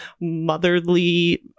motherly